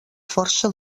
força